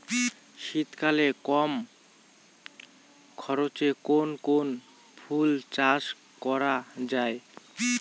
শীতকালে কম খরচে কোন কোন ফুল চাষ করা য়ায়?